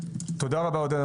תודה רבה עודד,